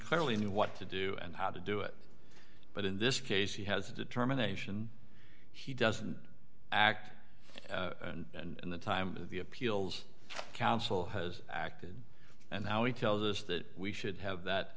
clearly knew what to do and how to do it but in this case he has a determination he doesn't act and the time the appeals council has acted and now he tells us that we should have that